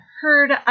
heard